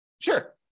Sure